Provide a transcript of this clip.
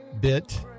bit